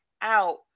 out